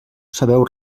sabeu